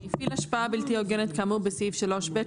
" 3.הפעיל השפעה בלתי הוגנת כאמור בסעיף 3(ב),